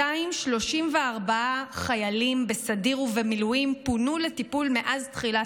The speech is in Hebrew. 2,234 חיילים בסדיר ובמילואים פונו לטיפול מאז תחילת המלחמה: